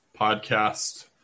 podcast